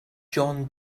john